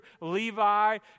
Levi